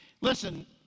Listen